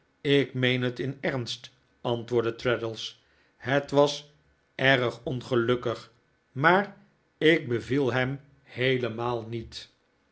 ik meen het in ernst antwoordde traddles het was erg ongelukkig maar ik beviel hem heeletnaal niet